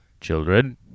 children